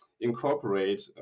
incorporate